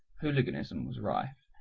hooliganismwas rife,